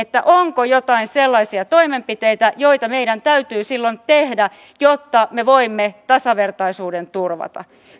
onko joitain sellaisia toimenpiteitä joita meidän täytyy silloin tehdä jotta me voimme tasavertaisuuden turvata